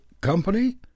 company